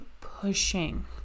pushing